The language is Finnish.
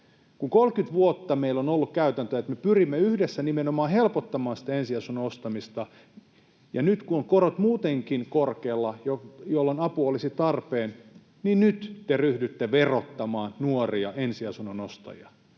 Kun 30 vuotta meillä on ollut käytäntö, että me pyrimme yhdessä nimenomaan helpottamaan sitä ensiasunnon ostamista, niin nyt, kun korot ovat muutenkin korkealla ja apu olisi tarpeen, te ryhdytte verottamaan nuoria ensiasunnon ostajia.